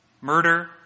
Murder